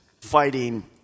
fighting